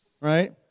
right